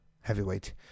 Heavyweight